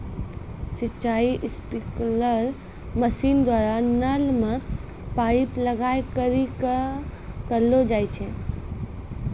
सिंचाई sprinkler machine द्वारा नल मे पाइप लगाय करि क करलो जाय छै